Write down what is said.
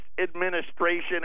Administration